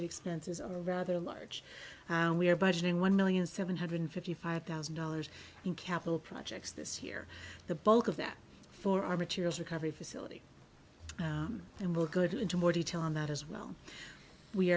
d expenses are rather large and we are budgeting one million seven hundred fifty five thousand dollars in capital projects this year the bulk of that for our materials recovery facility and we're good into more detail on that as well we